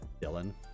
Dylan